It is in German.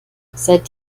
seit